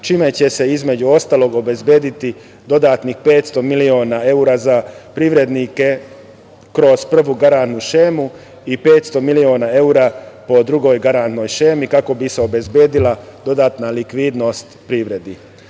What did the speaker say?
čime će se, između ostalog, obezbediti dodatnih 500 miliona evra za privrednike kroz prvu garantnu šemu i 500 miliona evra po drugoj garantnoj šemi, kako bi se obezbedila dodatna likvidnost privredi.S